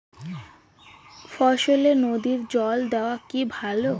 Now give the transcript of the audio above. ফসলে নদীর জল দেওয়া কি ভাল?